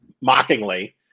mockingly